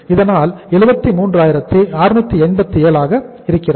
இதனால் 73687 ஆக இருக்கிறது